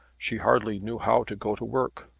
she hardly knew how to go to work,